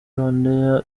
rwandair